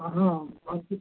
हाँ हाँ आपकी